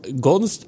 Golden